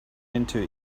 into